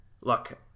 look